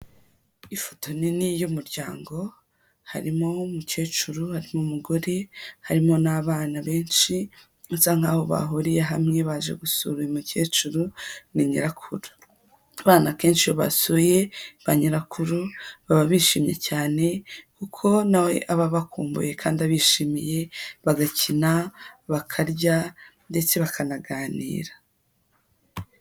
Ifoto nini y'umuryango, harimo umukecuru harimo umugore harimo n'abana benshi bisa nkaho bahuriye hamwe baje gusura uyu mukecuru ni nyirakuru, abana kenshi iyo basuye ba nyirakuru baba bishimye cyane kuko nawe aba abakumbuye kandi abishimiye bagakina, bakarya, ndetse bakanaganira.